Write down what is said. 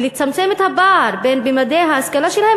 ולצמצם את הפער בין ממדי ההשכלה שלהן